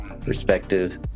perspective